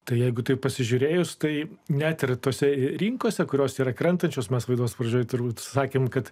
tai jeigu taip pasižiūrėjus kaip net ir tose rinkose kurios yra krentančios mes laidos pradžioje turbūt sakėm kad